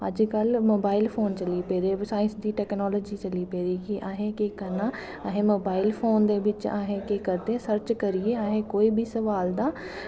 अज्ज कल mobile phone चली पेदे साईंस दी टैकनॉलजी चली पेदी कि असें केह् करनां असें मोबाईल फोन दे असैं केह् करदे सर्च करियै कोई बी सवाल दा